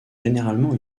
généralement